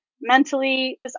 mentally